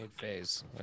phase